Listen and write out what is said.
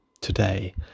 today